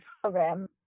program